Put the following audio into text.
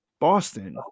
Boston